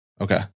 Okay